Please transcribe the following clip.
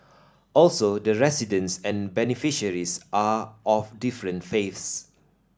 also the residents and beneficiaries are of different faiths